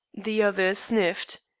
the other sniffed.